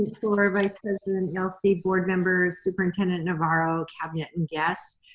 miss fluor, vice president yelsey, board members, superintendent navarro, cabinet, and guests,